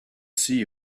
see